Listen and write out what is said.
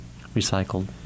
recycled